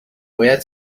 باید